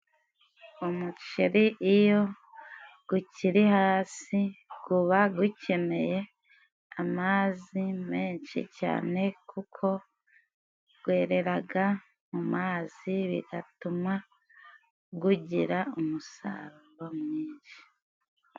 Umuceri iyo gukiri hasi, guba gukeneye amazi menshi cyane, kuko gwereraga mu mazi, bigatuma gugira umusaruro mwinshi.